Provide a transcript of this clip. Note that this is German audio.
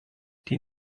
die